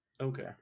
Okay